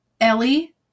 Ellie